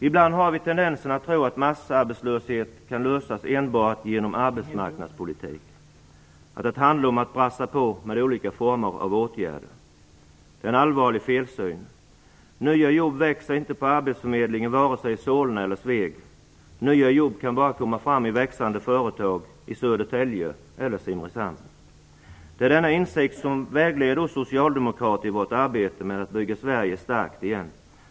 I bland har vi tendensen att tro att massarbetslöshet kan lösas enbart genom arbetsmarknadspolitik och att det handlar om att brassa på med olika former av åtgärder. Det är en allvarlig felsyn. Nya jobb växer inte på arbetsförmedlingen, vare sig i Solna eller Sveg. Nya jobb kan bara komma fram i växande företag i Södertälje eller Simrishamn. Det är denna insikt som vägleder oss socialdemokrater i vårt arbete med att bygga Sverige starkt igen.